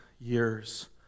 years